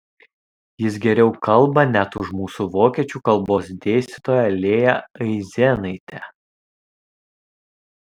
jis geriau kalba net už mūsų vokiečių kalbos dėstytoją lėją aizenaitę